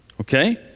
okay